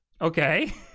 okay